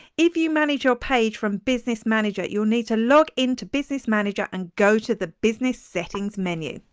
if you manage your page from business manager you'll need to log into business manager and go to the business settings menu.